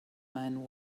man